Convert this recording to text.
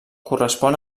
correspon